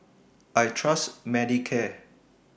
I Trust Manicare